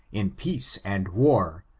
in peace and war,